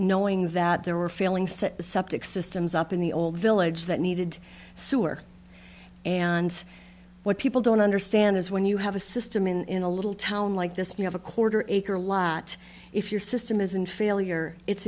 knowing that there were failing set septic systems up in the old village that needed sewer and what people don't understand is when you have a system in a little town like this you have a quarter acre lot if your system is in failure it's